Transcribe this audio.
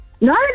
no